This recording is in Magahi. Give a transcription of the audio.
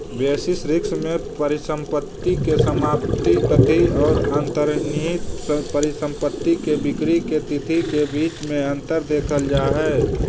बेसिस रिस्क में परिसंपत्ति के समाप्ति तिथि औ अंतर्निहित परिसंपत्ति के बिक्री के तिथि के बीच में अंतर देखल जा हई